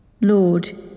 Lord